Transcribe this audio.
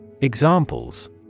Examples